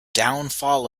downfall